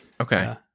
Okay